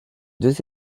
deux